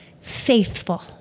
Faithful